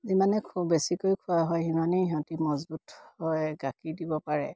যিমানে খ বেছিকৈ খোওৱা হয় সিমানেই সিহঁতি মজবুত হয় গাখীৰ দিব পাৰে